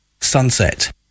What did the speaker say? sunset